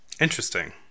interesting